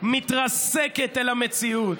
מתרסקת אל המציאות.